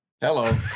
hello